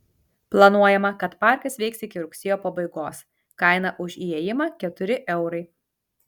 planuojama kad parkas veiks iki rugsėjo pabaigos kaina už įėjimą keturi eurai